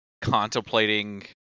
contemplating